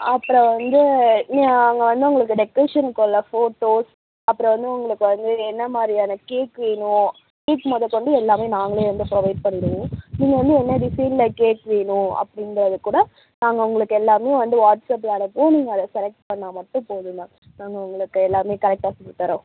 அப்புறோம் வந்து நீ அங்கே வந்து உங்களுக்கு டெக்ரேஷனுக்குள்ளே ஃபோட்டோஸ் அப்புறோம் வந்து உங்களுக்கு வந்து என்ன மாதிரியான கேக் வேணும் ஸ்வீட்ஸ் முத கொண்டு எல்லாமே நாங்களே வந்து ப்ரொவைட் பண்ணிவிடுவோம் நீங்கள் வந்து என்ன டிசைனில் கேக் வேணும் அப்படின்றத கூட நாங்கள் உங்களுக்கு எல்லாமே வந்து வாட்ஸ்அப்பில் அனுப்புவோம் நீங்கள் அதை செலக்ட் பண்ணால் மட்டும் போதும் மேம் நாங்கள் உங்களுக்கு எல்லாமே கரெக்ட்டாக செஞ்சித் தரோம்